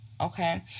Okay